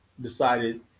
decided